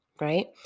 right